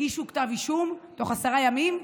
הגישו כתב אישום תוך עשרה ימים,